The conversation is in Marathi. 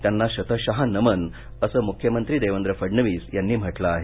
त्यांना शतशः नमन असं मुख्यमंत्री देवेंद्र फडणवीस यांनी म्हटलं आहे